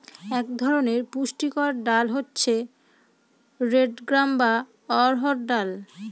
এক ধরনের পুষ্টিকর ডাল হচ্ছে রেড গ্রাম বা অড়হর ডাল